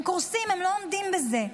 הם קורסים, הם לא עומדים בזה.